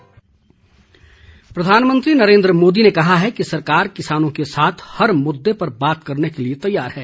प्रधानमंत्री प्रधानमंत्री नरेन्द्र मोदी ने कहा है कि सरकार किसानों के साथ हर मुद्दे पर बात करने के लिए तैयार है